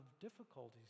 difficulties